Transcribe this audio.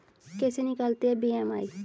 कैसे निकालते हैं बी.एम.आई?